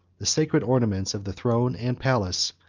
the sacred ornaments of the throne and palace,